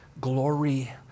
Glory